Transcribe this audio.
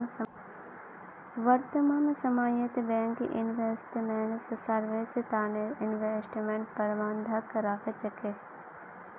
वर्तमान समयत bank investment service तने इन्वेस्टमेंट प्रबंधक राखे छे